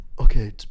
Okay